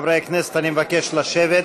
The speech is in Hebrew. חברי הכנסת, אני מבקש לשבת.